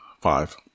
five